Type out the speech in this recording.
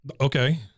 Okay